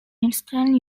western